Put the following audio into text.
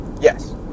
Yes